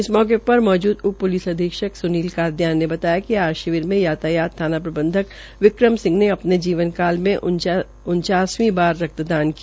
इस मौके पर मौजूद उप पुलिस अधीक्षक सुनील कादयान ने बताया कि शिविर में यातायात प्रबंधक विक्रम सिंह ने अपने जीवन काल के उन्चासवी बार रक्तदान किया